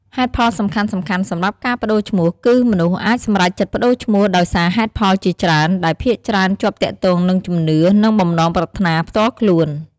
ហេតុផលសំខាន់ៗសម្រាប់ការប្ដូរឈ្មោះ គឺមនុស្សអាចសម្រេចចិត្តប្ដូរឈ្មោះដោយសារហេតុផលជាច្រើន ដែលភាគច្រើនជាប់ទាក់ទងនឹងជំនឿ និងបំណងប្រាថ្នាផ្ទាល់ខ្លួន។